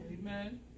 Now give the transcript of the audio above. Amen